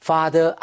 Father